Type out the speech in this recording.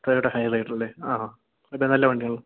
Toyota ഹൈറൈഡറല്ലേ ആ ആ നല്ല വണ്ടിയാണല്ലോ